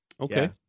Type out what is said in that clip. Okay